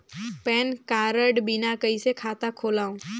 Pan card बिना कइसे खाता खोलव?